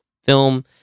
film